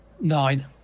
Nine